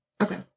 Okay